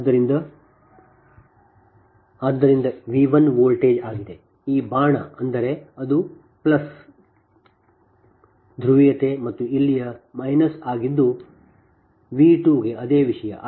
ಆದ್ದರಿಂದ ಇದು v 1 voltage ಆಗಿದೆ ಈ ಬಾಣ ಎಂದರೆ ಅದು ಪ್ಲಸ್ ಧ್ರುವೀಯತೆ ಮತ್ತು ಇಲ್ಲಿ ಇದು ಮೈನಸ್ ಆಗಿದ್ದು ವಿ 2 ಗೆ ಅದೇ ವಿಷಯ